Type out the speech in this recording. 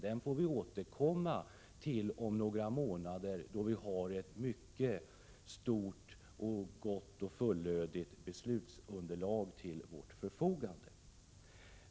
Vi får återkomma till den om några månader, då vi kommer att ha ett mycket stort och fullödigt beslutsunderlag till vårt förfogande.